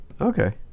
Okay